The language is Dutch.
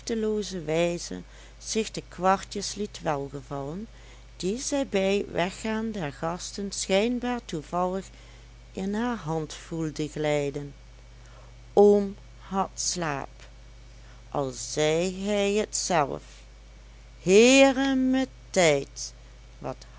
wijze zich de kwartjes liet welgevallen die zij bij t weggaan der gasten schijnbaar toevallig in haar hand voelde glijden oom had slaap al zei hij t zelf heeremijntijd wat